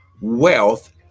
wealth